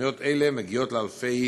תוכניות אלה מגיעות לאלפי נהנים.